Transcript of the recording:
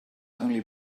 only